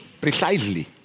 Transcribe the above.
precisely